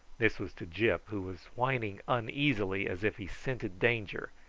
this was to gyp, who was whining uneasily as if he scented danger,